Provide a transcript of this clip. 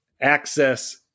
access